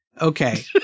Okay